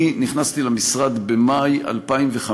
אני נכנסתי למשרד במאי 2015,